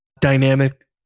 dynamic